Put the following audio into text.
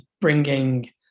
bringing